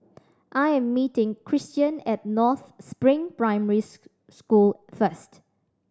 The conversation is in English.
I am meeting Christian at North Spring Primary School first